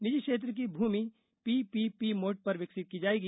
निजी क्षेत्र की भूमि पीपीपी मोड पर विकसित की जाएगी